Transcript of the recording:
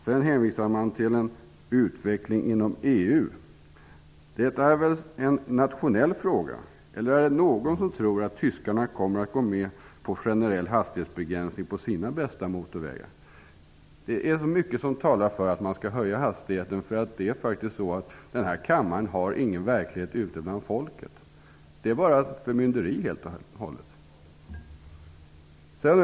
Vidare hänvisar man till en utveckling inom EU. Detta är väl en nationell fråga? Är det någon som tror att tyskarna kommer att gå med på en generell hastighetsbegränsning på sina bästa motorvägar? Det är mycket som talar för att man skall höja hastighetsgränsen. Denna kammare har ingen verklighetsförankring ute bland folket. Det är helt och hållet bara fråga om förmynderi.